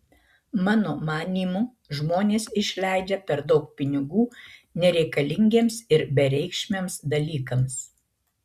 mano manymu žmonės išleidžia per daug pinigų nereikalingiems ir bereikšmiams dalykams